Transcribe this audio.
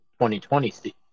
2020